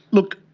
look,